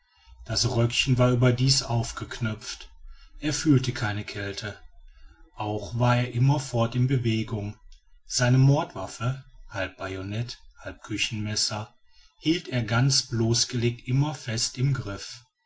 das röckchen war überdies aufgeknöpft er fühlte keine kälte auch war er immerfort in bewegung seine mordwaffe halb bajonett halb küchenmesser hielt er ganz bloßgelegt immer fest im griff